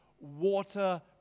water